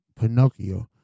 Pinocchio